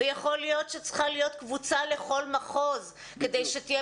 יכול להיות שצריכה להיות קבוצה לכל מחוז כדי שתהיה